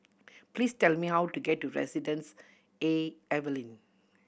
please tell me how to get to Residences A Evelyn